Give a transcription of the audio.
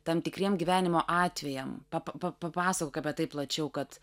tam tikriem gyvenimo atvejam pa papasakok apie tai plačiau kad